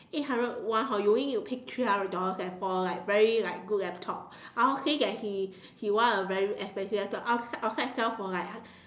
eight hundred one hor you only need to pay like three hundred dollars leh for like very like good laptop ah-hock say that he he want a very expensive one outside outside sell for like